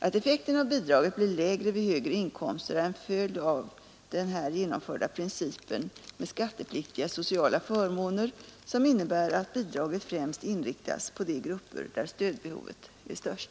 Att effekten av bidraget blir lägre vid högre inkomster är en följd av den här genomförda principen med skattepliktiga sociala förmåner som innebär att bidraget främst inriktas på de grupper där stödbehovet är störst.